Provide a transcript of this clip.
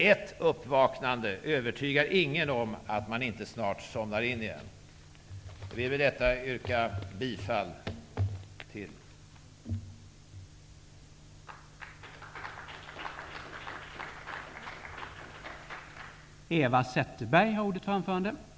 Ett uppvaknande övertygar ingen om att man inte snart somnar in igen. Jag vill med detta yrka bifall till utskottets hemställan.